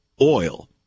oil